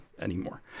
anymore